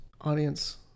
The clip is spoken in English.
audience